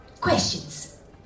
questions